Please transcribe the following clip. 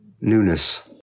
newness